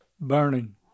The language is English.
burning